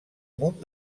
munt